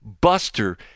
Buster